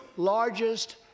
largest